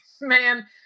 man